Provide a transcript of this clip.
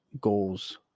goals